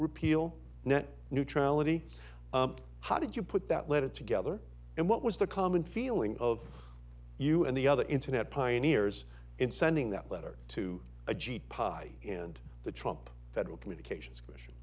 repeal net neutrality how did you put that letter together and what was the common feeling of you and the other internet pioneers in sending that letter to a jeep pie in the trump federal communications commission